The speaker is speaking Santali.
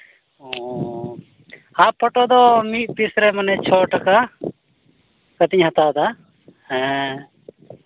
ᱚ ᱦᱟᱯᱷ ᱯᱷᱳᱴᱳ ᱫᱚ ᱢᱤᱫ ᱯᱤᱥ ᱨᱮ ᱢᱟᱱᱮ ᱪᱷᱚ ᱴᱟᱠᱟ ᱠᱟᱹᱴᱤᱡ ᱤᱧ ᱦᱟᱛᱟᱣᱫᱟ ᱦᱮᱸ